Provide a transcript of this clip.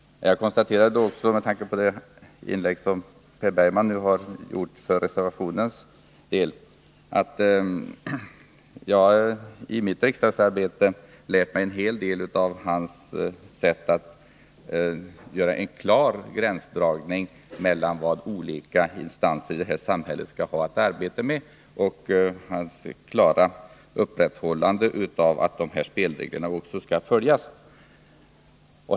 Jag konstaterar också, med tanke på det inlägg som Per Bergman har gjort för reservationen, att jag i mitt riksdagsarbete har lärt mig en hel del av hans sätt att göra en klar gränsdragning mellan vad olika instanser i samhället skall ha att arbeta med och hans klara upprätthållande av principen att de spelreglerna också skall följas.